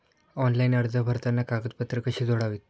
Online अर्ज भरताना कागदपत्रे कशी जोडावीत?